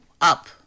up